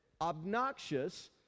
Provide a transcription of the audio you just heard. obnoxious